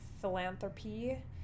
philanthropy